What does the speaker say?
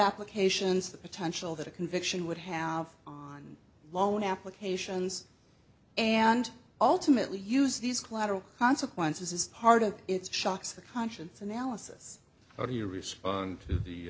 applications the potential that a conviction would have on loan applications and ultimately use these collateral consequences as part of its shocks the conscience analysis how do you respond to the